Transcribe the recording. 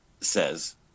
says